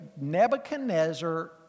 Nebuchadnezzar